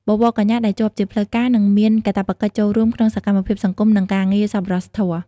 បវរកញ្ញាដែលជាប់ជាផ្លូវការនឹងមានកាតព្វកិច្ចចូលរួមក្នុងសកម្មភាពសង្គមនិងការងារសប្បុរសធម៌។